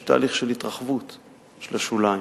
יש תהליך של התרחבות של השוליים.